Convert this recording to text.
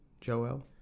Joel